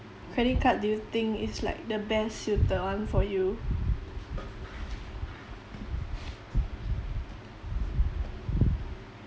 credit card do you think is like the best suited one for you